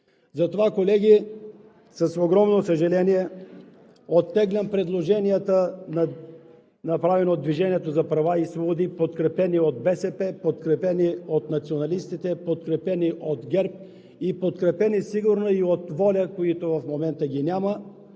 Затова, колеги, с огромно съжаление оттеглям предложенията, направени от „Движението за права и свободи“, подкрепени от БСП, подкрепени от националистите, подкрепени от ГЕРБ и подкрепени сигурно и от ВОЛЯ, които в момента ги няма.